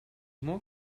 more